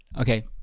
Okay